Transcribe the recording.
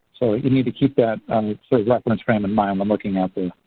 so you need to keep that sort of reference frame in mind when looking at the